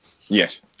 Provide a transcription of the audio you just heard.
Yes